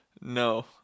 No